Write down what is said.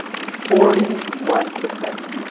forty one percent